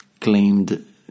claimed